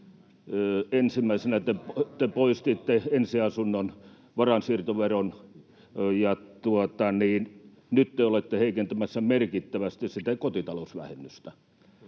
Ensimmäisenä te poistitte ensiasunnon varainsiirtoveron, ja nyt te olette heikentämässä merkittävästi kotitalousvähennystä.